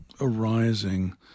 arising